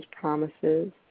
promises